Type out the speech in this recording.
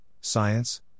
science